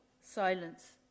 Silence